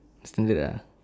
standard ah